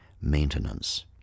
maintenance